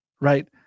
right